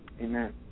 Amen